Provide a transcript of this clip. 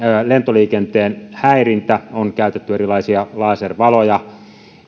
lentoliikenteen häirintä on käytetty erilaisia laservaloja